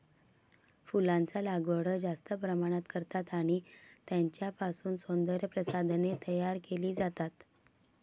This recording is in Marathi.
फुलांचा लागवड जास्त प्रमाणात करतात आणि त्यांच्यापासून सौंदर्य प्रसाधने तयार केली जातात